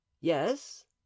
yes